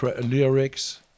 Lyrics